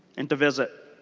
and to visit.